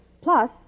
plus